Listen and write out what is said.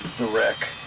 the wreck.